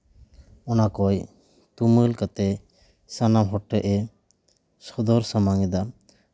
ᱚᱱᱟ ᱠᱚᱭ ᱛᱩᱢᱟᱹᱞ ᱠᱟᱛᱮᱫ ᱥᱟᱱᱟᱢ ᱦᱚᱲ ᱴᱷᱮᱡ ᱮ ᱥᱚᱫᱚᱨ ᱥᱟᱢᱟᱝ ᱮᱫᱟ